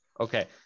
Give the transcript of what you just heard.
Okay